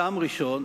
טעם ראשון,